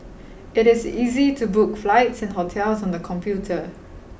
it is easy to book flights and hotels on the computer